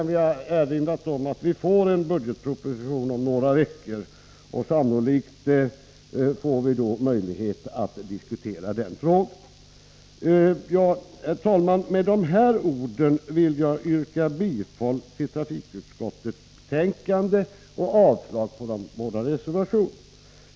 Vi har erinrat om att vi får en budgetproposition om några veckor, och sannolikt får vi möjlighet att diskutera den frågan i anslutning till denna. Herr talman! Med de här orden vill jag yrka bifall till trafikutskottets hemställan och avslag på de båda reservationerna.